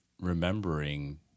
remembering